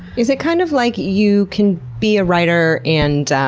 is it kind of like you can be a writer and